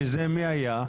שזה מי היה?